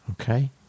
Okay